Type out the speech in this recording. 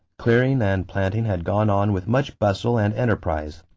clearing and planting had gone on with much bustle and enterprise.